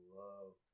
love